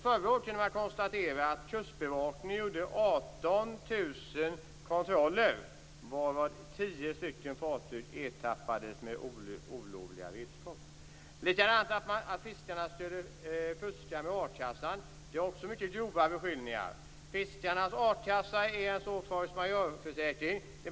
Förra året kunde man konstatera att kustbevakningen gjorde 18 000 kontroller och att 10 stycken fartyg ertappades med olovliga redskap. Likadant är det med påståendet att fiskarna skulle fuska med a-kassan. Det är också mycket grova beskyllningar. Fiskarnas a-kassa är en force majeurförsäkring.